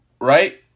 right